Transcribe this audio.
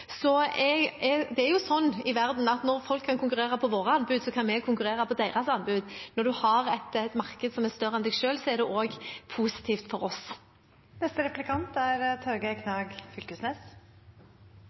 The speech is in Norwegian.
Det er jo sånn i verden at når folk kan konkurrere på våre anbud, kan vi konkurrere på deres anbud. Når en har et marked som er større enn en selv, er det også positivt for oss. Det er